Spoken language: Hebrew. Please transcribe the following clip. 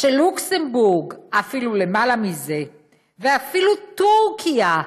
לוקסמבורג אפילו למעלה מזה, ואפילו טורקיה,